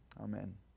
Amen